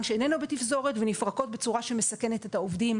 שאיננו בתפזורת ונפרקות בצורה שמסכנת את העובדים,